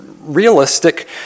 realistic